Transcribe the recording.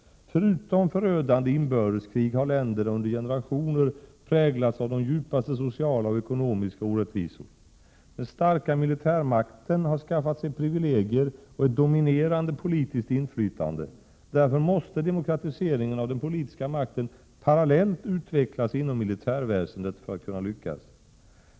Förutom förödande inbördeskrig har länderna under generationer präglats av de djupaste sociala och ekonomiska orättvisor. Den starka militärmakten har skaffat sig privilegier och ett dominerande politiskt inflytande. Därför måste demokratiseringen av den politiska makten parallellt utvecklas inom militärväsendet för att kunna lyckas.